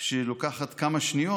שלוקחת כמה שניות?